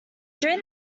during